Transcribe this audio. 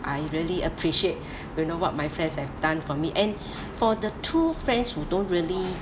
I really appreciate you know what my friends have done for me and for the two friends who don't really